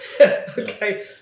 Okay